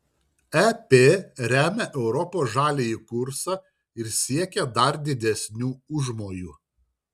ep remia europos žaliąjį kursą ir siekia dar didesnių užmojų